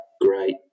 great